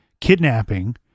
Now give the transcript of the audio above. kidnapping